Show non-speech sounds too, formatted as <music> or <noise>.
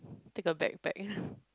take a backpack <laughs>